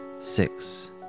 Six